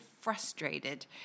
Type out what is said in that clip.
frustrated